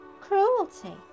cruelty